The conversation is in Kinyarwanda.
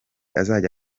azajya